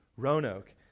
Roanoke